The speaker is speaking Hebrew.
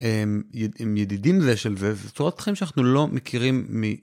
עם ידידים זה של זה וצורת חיים שאנחנו לא מכירים מי.